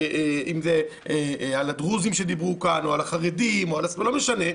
אם זה על הדרוזים שדיברו עליהם כאן או על החרדים לא משנה.